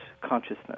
consciousness